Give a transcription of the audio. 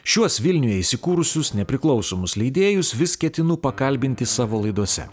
šiuos vilniuje įsikūrusius nepriklausomus leidėjus vis ketinu pakalbinti savo laidose